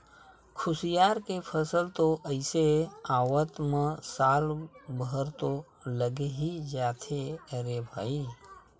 खुसियार के फसल तो अइसे आवत म साल भर तो लगे ही जाथे रे भई